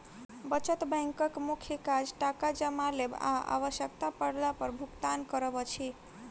बचत बैंकक मुख्य काज टाका जमा लेब आ आवश्यता पड़ला पर भुगतान करब अछि